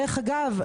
דרך אגב,